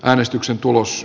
äänestyksen tulos